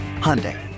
Hyundai